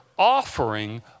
offering